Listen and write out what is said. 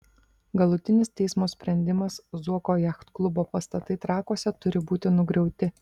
galutinis teismo sprendimas zuoko jachtklubo pastatai trakuose turi būti nugriauti